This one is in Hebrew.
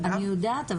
אני יודעת.